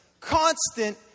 Constant